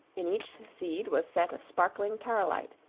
in each seed was set a sparkling carolite,